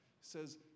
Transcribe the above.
says